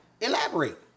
Elaborate